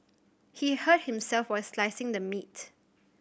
he hurt himself while slicing the meat